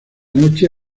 noche